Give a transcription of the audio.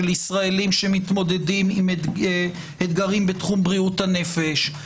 של ישראלים שמתמודדים עם אתגרים בתחום בריאות הנפש,